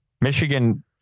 Michigan